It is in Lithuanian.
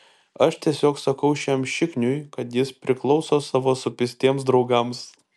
aš tiesiog sakau šiam šikniui kad jis priklauso savo supistiems draugams